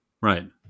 right